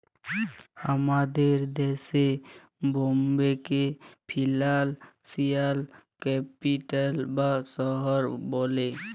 আমাদের দ্যাশে বম্বেকে ফিলালসিয়াল ক্যাপিটাল বা শহর ব্যলে